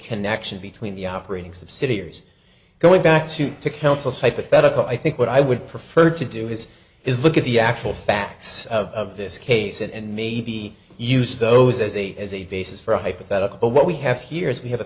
connection between the operating subsidiaries going back to to councils hypothetical i think what i would prefer to do is is look at the actual facts of this case and maybe use those as a as a basis for a hypothetical but what we have here is we have